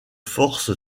force